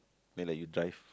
man let you drive